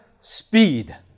speed